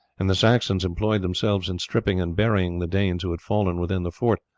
and the saxons employed themselves in stripping and burying the danes who had fallen within the fort,